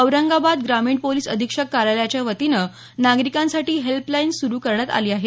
औरंगाबाद ग्रामीण पोलीस अधीक्षक कार्यालयाच्या वतीनं नागरिकांसाठी हेल्पलाईन सुरू करण्यात आली आहे